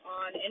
on